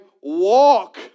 walk